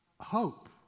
hope